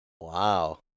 Wow